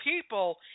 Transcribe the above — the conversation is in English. people